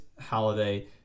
holiday